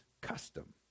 custom